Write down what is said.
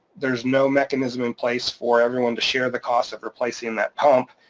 there's no mechanism in place for everyone to share the cost of replacing that pump,